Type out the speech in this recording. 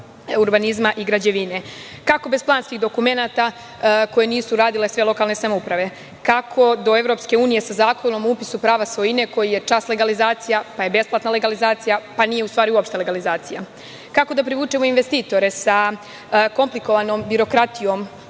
urbanizma i građevine. Kako bez planskih dokumenata koje nisu uradile sve lokalne samouprave? Kako do Evropske unije sa Zakonom o upisu prava svojine, koji je čas legalizacija, pa je besplatna legalizacija, pa nije uopšte legalizacija? Kako da privučemo investitore sa komplikovanom birokratijom